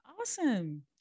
awesome